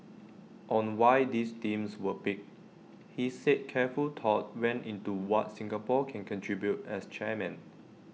on why these themes were picked he said careful thought went into what Singapore can contribute as chairman